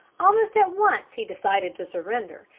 almost at once he decided to surrender,